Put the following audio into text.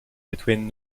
between